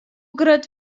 grut